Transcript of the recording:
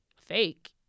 fake